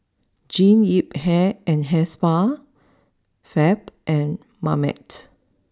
Jean Yip Hair and Hair Spa Fab and Marmite